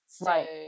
right